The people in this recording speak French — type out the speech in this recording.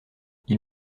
ils